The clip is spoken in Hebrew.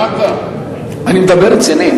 שמעת את חבר הכנסת גפני,